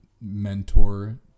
Mentor